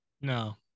No